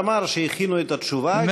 השר אמר שהכינו את התשובה.